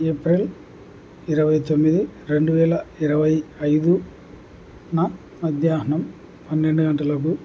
April ఇరవై తొమ్మిది రెండు వేల ఇరవై ఐదున మధ్యాహ్నం పన్నెండు గంటలకు